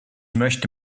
möchte